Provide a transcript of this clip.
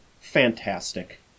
fantastic